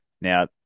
Now